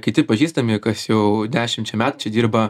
kiti pažįstami kas jau dešim čia metų čia dirba